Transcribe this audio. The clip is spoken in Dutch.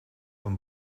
een